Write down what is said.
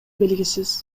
белгисиз